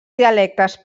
dialectes